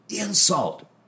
insult